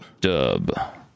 Dub